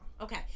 Okay